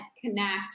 connect